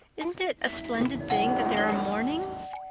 isn't it a splendid thing that there are mornings?